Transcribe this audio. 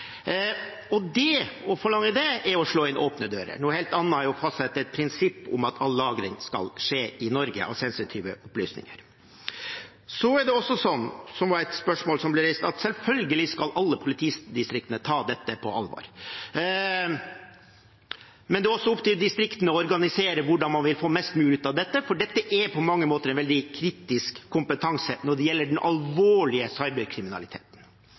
er nødvendige. Å forlange det er å slå inn åpne dører – noe helt annet er å fastsette et prinsipp om at all lagring av sensitive opplysninger skal skje i Norge. Til et spørsmål som ble reist: Selvfølgelig skal alle politidistrikt ta dette på alvor, men det er opp til distriktene å organisere hvordan man vil få mest mulig ut av dette, for dette er på mange måter en veldig kritisk kompetanse når det gjelder den alvorlige cyberkriminaliteten.